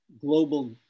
global